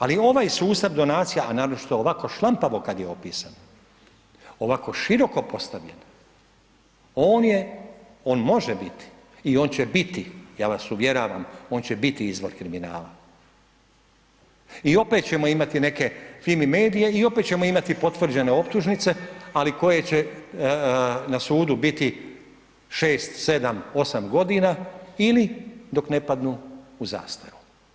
Ali ovaj sustav donacija, a naročito ovako šlampavo kada je opisan, ovako široko postavljen on je, on može biti i on će biti ja vas uvjeravam on će biti izvor kriminala i opet ćemo imati neke Fimi medije i opet ćemo imati potvrđene optužnice, ali koje će na sudu biti 6, 7, 8 godina ili dok ne padnu u zastaru.